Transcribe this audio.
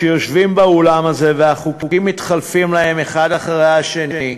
כשיושבים באולם הזה והחוקים מתחלפים להם האחד אחרי השני,